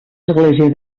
església